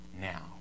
now